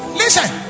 listen